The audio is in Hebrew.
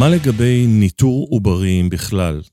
‫מה לגבי ניטור עוברים בכלל?